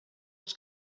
els